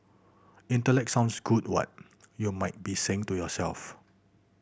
intellect sounds good what you might be saying to yourself